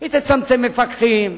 היא תצמצם מפקחים,